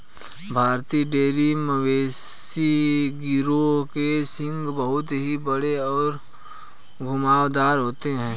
भारतीय डेयरी मवेशी गिरोह के सींग बहुत ही बड़े और घुमावदार होते हैं